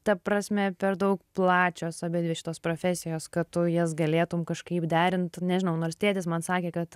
ta prasme per daug plačios abidvi šitos profesijos kad tu jas galėtum kažkaip derint nežinau nors tėtis man sakė kad